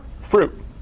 Fruit